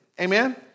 amen